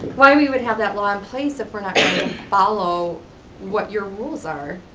why we would have that law in place if we're not gonna follow what your rules are?